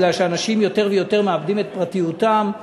כי אנשים יותר ויותר מאבדים את פרטיותם,